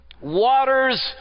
Waters